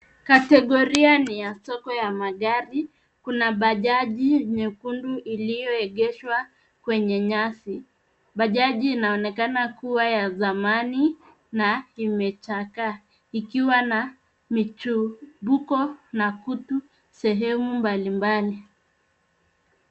Kategoria ni ya soko ya magari. Kuna bajaji nyekundu iliyoegeshwa kwenye nyasi. Bajaji inaonekana kuwa ya zamani na imechakaa, ikiwa na michubuko na kutu sehemu mbali mbali.